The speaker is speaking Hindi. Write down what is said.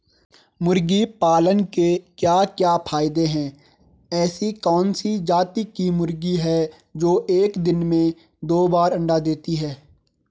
मुर्गी पालन के क्या क्या फायदे हैं ऐसी कौन सी जाती की मुर्गी है जो एक दिन में दो बार अंडा देती है?